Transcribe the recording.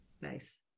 Nice